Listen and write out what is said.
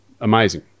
amazing